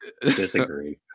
disagree